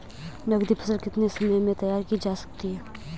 नगदी फसल कितने समय में तैयार की जा सकती है?